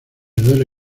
duele